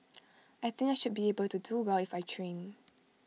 I think I should be able to do well if I train